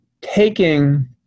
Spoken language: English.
taking